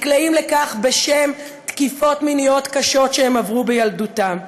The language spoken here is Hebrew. נקלעים לכך בשל תקיפות מיניות שהם עברו בילדותם.